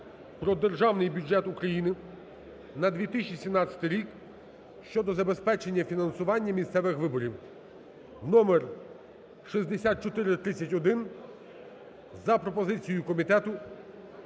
Державний бюджет України на 2017 рік" (щодо забезпечення фінансування місцевих виборів) (номер 6431) за пропозицією комітету